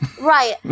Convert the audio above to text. Right